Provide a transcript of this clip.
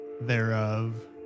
thereof